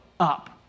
up